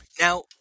Now